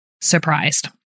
surprised